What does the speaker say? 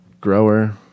Grower